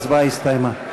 ההצבעה הסתיימה.